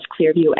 Clearview